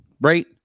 right